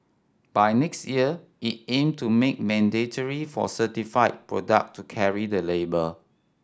by next year it aim to make mandatory for certified product to carry the label